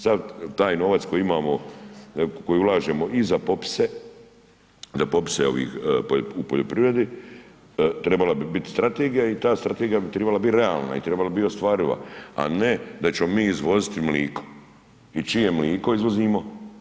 Sav taj novac koji imamo, koji ulažemo i za popise, za popise u poljoprivredi, trebala bi biti strategija i ta strategija bi trebala biti realna i trebala bi biti ostvariva, a ne da ćemo mi izvoziti mlijeko i čije mlijeko izvozimo?